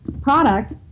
product